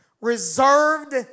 Reserved